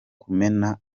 kumena